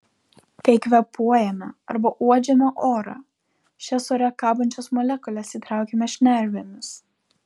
kai kvėpuojame arba uodžiame orą šias ore kabančias molekules įtraukiame šnervėmis